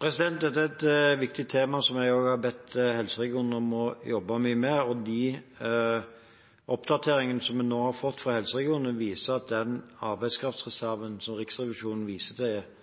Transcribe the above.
Dette er et viktig tema som jeg også har bedt helseregionene om å jobbe mye med, og de oppdateringene vi nå har fått fra helseregionene, viser at den arbeidskraftreserven som Riksrevisjonen viser til, i hovedsak er